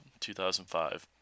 2005